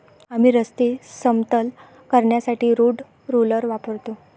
आम्ही रस्ते समतल करण्यासाठी रोड रोलर वापरतो